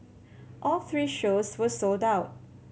all three shows were sold out